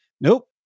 nope